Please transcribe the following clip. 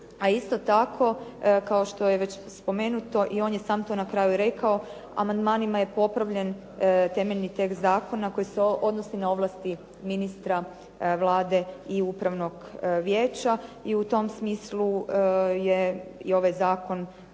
A isto tako, kao što je već spomenuto, i on je sam to na kraju rekao, amandmanima je popravljen temeljni tekst zakona koji se odnosi na ovlasti ministra, Vlade i upravnog vijeća i u tom smislu je i ovaj zakon